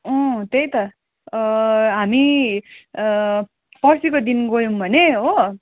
अँ त्यही त हामी पर्सिको दिन गयौँ भने हो